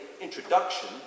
introduction